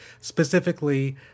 specifically